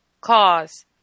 cause